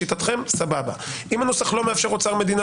לשיטתכם סבבה; אם הנוסח לא מאפשר אוצר מדינה,